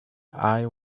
eye